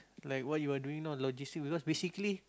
like what you are doing now logistic because basically